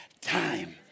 time